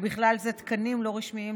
ובכלל זה תקנים לא רשמיים,